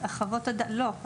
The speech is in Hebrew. לא.